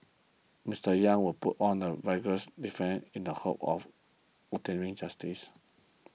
Mister Yang will put up a vigorous defence in the hope of obtaining justice